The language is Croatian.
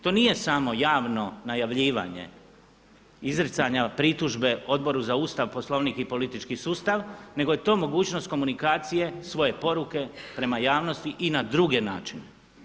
To nije samo javno najavljivanje izricanja pritužbe Odboru za Ustav, Poslovnik i politički sustav nego je to mogućnost komunikacije svoje poruke prema javnosti i na druge načine.